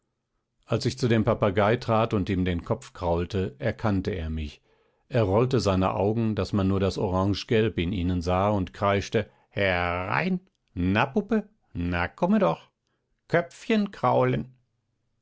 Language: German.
als ich zu dem papagei trat und ihm den kopf kraulte erkannte er mich er rollte seine augen daß man nur das orangegelb in ihnen sah und kreischte herein na puppe na komme doch köpfchen kraulen